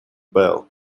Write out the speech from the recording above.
bell